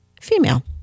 female